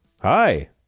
hi